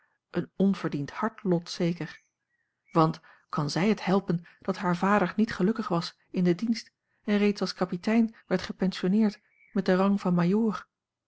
een onverdiend hard lot zeker want kan zij het helpen dat haar vader niet gelukkig was in den dienst en reeds als kapitein werd gepensionneerd met den rang van